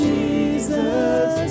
Jesus